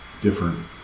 different